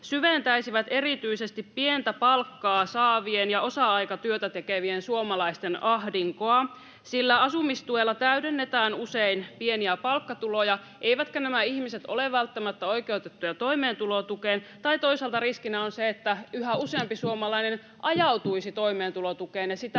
syventäisivät erityisesti pientä palkkaa saavien ja osa-aikatyötä tekevien suomalaisten ahdinkoa, sillä asumistuella täydennetään usein pieniä palkkatuloja, eivätkä nämä ihmiset ole välttämättä oikeutettuja toimeentulotukeen. Tai toisaalta riskinä on se, että yhä useampi suomalainen ajautuisi toimeentulotukeen ja sitä